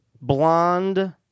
blonde